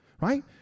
right